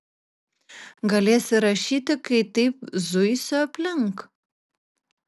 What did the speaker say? galėsi rašyti kai taip zuisiu aplink